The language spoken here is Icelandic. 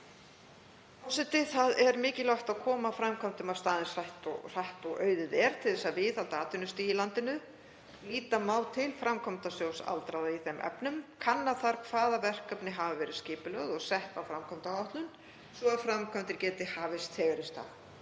Það er mikilvægt að koma framkvæmdum af stað eins hratt og auðið er til þess að viðhalda atvinnustigi í landinu. Líta má til Framkvæmdasjóðs aldraðra í þeim efnum. Kanna þarf hvaða verkefni hafa verið skipulögð og sett á framkvæmdaáætlun svo að framkvæmdir geti hafist þegar í stað.